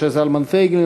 משה זלמן פייגלין,